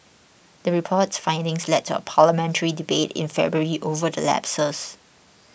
the report's findings led to a parliamentary debate in February over the lapses